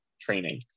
training